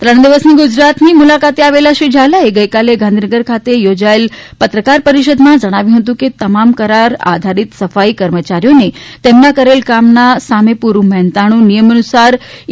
ત્રણ દિવસની ગુજરાત મુલાકાતે આવેલા શ્રી ઝાલાએ ગઇકાલે ગાંધીનગર ખાતે યોજાયેલી પત્રકાર પરિષદમાં જણાવ્યું હતું કે તમામ કરાર આધારીત સફાઇ કર્મચારીઓને તેમનાં કરેલ કામનાં સામે પુરૂ મહેનતાણું નિયમાનુસાર ઇ